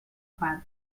part